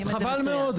אז חבל מאוד.